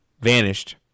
Vanished